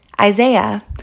Isaiah